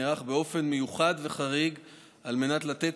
נערך באופן מיוחד וחריג על מנת לתת